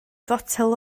fotel